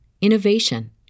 innovation